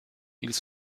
ils